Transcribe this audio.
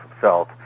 felt